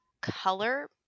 color